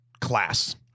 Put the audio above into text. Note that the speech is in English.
class